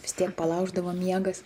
vis tiek palauždavo miegas